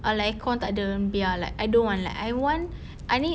a~ lah aircon tak ada biar like I don't want like I want I need